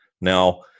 Now